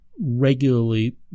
regularly